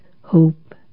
hope